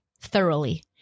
thoroughly